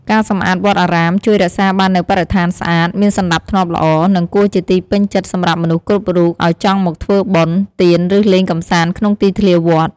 ការសម្អាតវត្តអារាម ជួយរក្សាបាននូវបរិស្ថានស្អាត មានសណ្តាប់ធ្នាប់ល្អ និងគួរជាទីពេញចិត្តសម្រាប់មនុស្សគ្រប់រូបឱ្យចង់មកធ្វើបុណ្យ ទានឫលេងកម្សាន្តក្នុងទីធ្លាវត្ត។